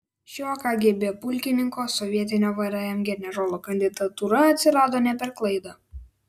šio kgb pulkininko sovietinio vrm generolo kandidatūra atsirado ne per klaidą